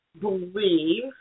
believe